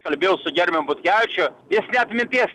kalbėjau su gerbiamu butkevičiu jis net minties